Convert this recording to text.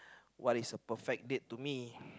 what is a perfect date to me